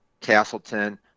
castleton